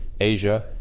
Asia